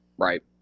Right